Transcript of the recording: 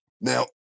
Now